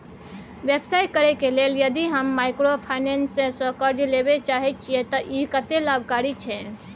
व्यवसाय करे के लेल यदि हम माइक्रोफाइनेंस स कर्ज लेबे चाहे छिये त इ कत्ते लाभकारी छै?